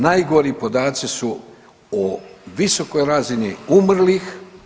Najgori podaci su o visokoj razini umrlih.